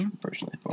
personally